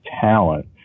talent